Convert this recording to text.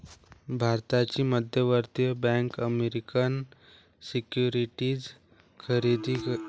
भारताची मध्यवर्ती bank American securities खरेदी करते कारण त्यासाठी सहज पैसे दिले जातात